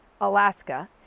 Alaska